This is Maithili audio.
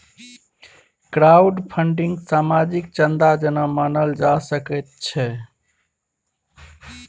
क्राउडफन्डिंग सामाजिक चन्दा जेना मानल जा सकै छै